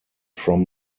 from